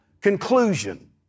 conclusion